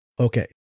Okay